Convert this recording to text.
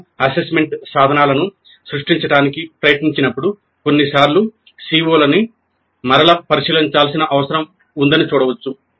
మేము అసెస్మెంట్ సాధనాలను సృష్టించడానికి ప్రయత్నించినప్పుడు కొన్నిసార్లు CO ని మరల పరిశీలించాల్సిన అవసరం ఉందని చూడవచ్చు